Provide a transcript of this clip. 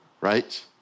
right